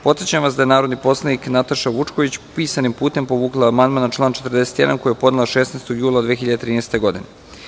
Podsećam vas da je narodni poslanik Nataša Vučković, pisanim putem, povukla amandman na član 41. koji je podnela 16. jula 2013. godine.